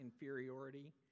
inferiority